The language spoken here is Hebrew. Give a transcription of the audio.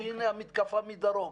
והנה המתקפה מדרום.